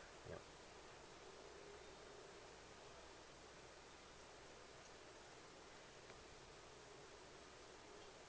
yup